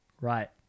right